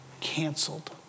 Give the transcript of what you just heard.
canceled